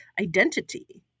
identity